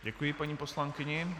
Děkuji paní poslankyni.